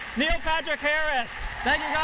neil patrick harris. thank